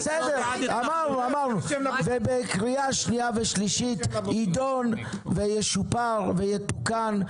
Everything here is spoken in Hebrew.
--- אמרנו בקריאה שנייה ושלישית זה יידון וישופר ויתוקן.